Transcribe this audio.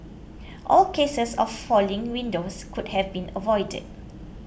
all cases of falling windows could have been avoided